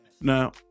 Now